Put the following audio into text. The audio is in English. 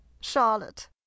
Charlotte